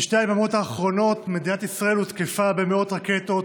בשתי היממות האחרונות מדינת ישראל הותקפה במאות רקטות